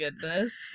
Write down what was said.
goodness